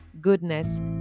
goodness